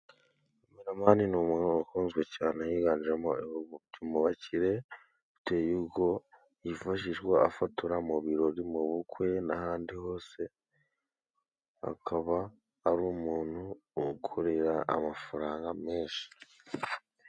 Kameramani ni umuntu ukunzwe cyane yiganjemo mu bakire bitewe nuko yifashishwa afotora mu birori, mu bukwe n'ahandi hose. Akaba ari umuntu ukorera amafaranga menshi.